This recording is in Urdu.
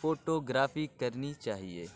فوٹو گرافی کرنی چاہیے